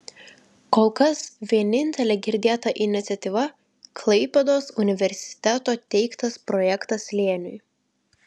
kol kas vienintelė girdėta iniciatyva klaipėdos universiteto teiktas projektas slėniui